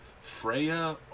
Freya